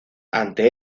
ante